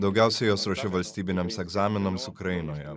daugiausiai juos ruošiu valstybiniams egzaminams ukrainoje